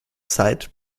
zeit